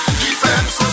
defense